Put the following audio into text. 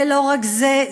ולא רק זה,